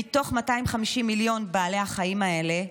מתוך 250 מיליון בעלי החיים האלה,